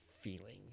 Feeling